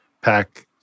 pack